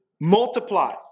multiply